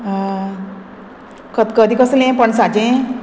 खतखतें कसलें पणसाचें